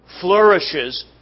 flourishes